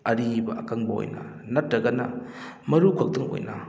ꯑꯔꯤꯕ ꯑꯀꯪꯕ ꯑꯣꯏꯅ ꯅꯠꯇ꯭ꯔꯒꯅ ꯃꯔꯨꯈꯛꯇꯪ ꯑꯣꯏꯅ